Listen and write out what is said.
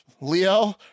leo